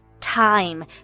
time